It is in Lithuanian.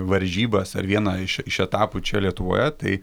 varžybas ar vieną iš etapų čia lietuvoje tai